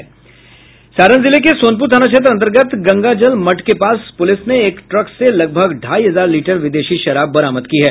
सारण जिले के सोनपुर थाना क्षेत्र अंतर्गत गंगाजल मठ के पास पुलिस ने एक ट्रक से लगभग ढाई हजार लीटर विदेशी शराब बरामद की है